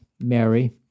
Mary